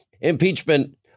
impeachment